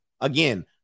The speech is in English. Again